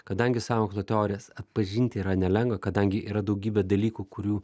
kadangi sąmokslo teorijas atpažinti yra nelengva kadangi yra daugybė dalykų kurių